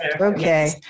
okay